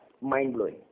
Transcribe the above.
mind-blowing